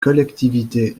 collectivités